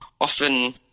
often